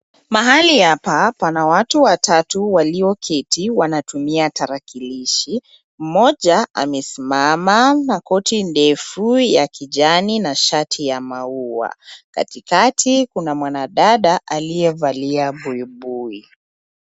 Mahali hapa pana watu watatu walioketi. Wanatumia tarakilishi, mmoja amesimama na koti ndefu ya kijani na shati ya maua. KatIkati kuna mwanadada aliyevalia buibui.